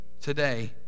today